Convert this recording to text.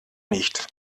nicht